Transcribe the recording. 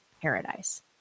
paradise